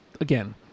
Again